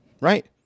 right